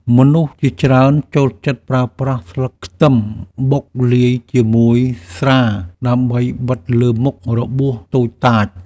មនុស្សជាច្រើនចូលចិត្តប្រើប្រាស់ស្លឹកខ្ទឹមបុកលាយជាមួយស្រាដើម្បីបិទលើមុខរបួសតូចតាច។